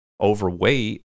overweight